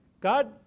God